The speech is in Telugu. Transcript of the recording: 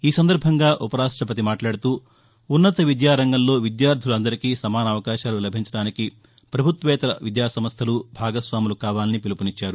ఈ సందర్బంగా ఉపరాష్టపతి మాట్లాడుతూ ఉన్నత విద్యారంగంలో విద్యార్గులు అందరికీ సమాన అవకాశాలు లభించడానికి పభుత్వేతర విద్యా సంస్టలు భాగస్వాములు కావాలని పిలుపు నిచ్చారు